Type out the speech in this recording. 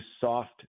soft